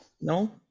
no